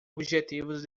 objetivos